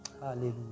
Hallelujah